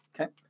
Okay